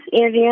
area